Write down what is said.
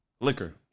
Liquor